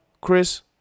Chris